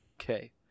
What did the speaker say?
okay